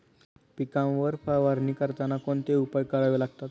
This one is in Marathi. पिकांवर फवारणी करताना कोणते उपाय करावे लागतात?